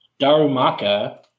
Darumaka